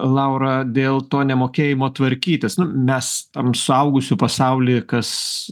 laura dėl to nemokėjimo tvarkytis nu mes tam suaugusių pasauly kas